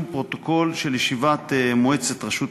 פרוטוקול של ישיבת מועצת רשות מקומית,